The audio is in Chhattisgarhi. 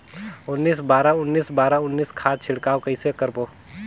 उन्नीस बराबर उन्नीस बराबर उन्नीस खाद छिड़काव कइसे करबो?